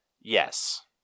Yes